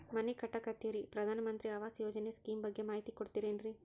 ಮನಿ ಕಟ್ಟಕತೇವಿ ರಿ ಈ ಪ್ರಧಾನ ಮಂತ್ರಿ ಆವಾಸ್ ಯೋಜನೆ ಸ್ಕೇಮ್ ಬಗ್ಗೆ ಮಾಹಿತಿ ಕೊಡ್ತೇರೆನ್ರಿ?